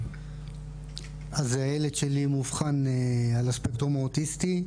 אז הילד שלי מאובחן על הספקטרום האוטיסטי.